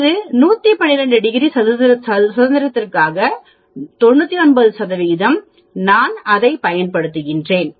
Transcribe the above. அது 112 டிகிரி சுதந்திரத்திற்காக 99 க்கு நான் அதைப் பயன்படுத்துகிறேன்